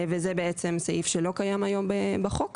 וזה בעצם סעיף שלא קיים היום בחוק.